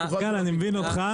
אני מבין אותך,